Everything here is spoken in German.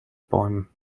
bäumen